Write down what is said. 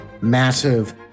massive